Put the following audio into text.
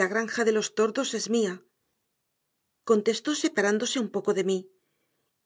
la granja de los tordos es mía contestó separándose un poco de mí